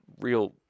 real